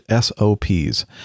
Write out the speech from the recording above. SOPs